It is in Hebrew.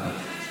תודה.